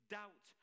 doubt